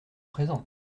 présent